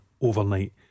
overnight